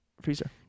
freezer